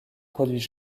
produits